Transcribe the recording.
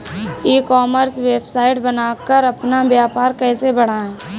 ई commerce website बनाकर अपना व्यापार कैसे बढ़ाएँ?